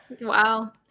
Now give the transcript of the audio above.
Wow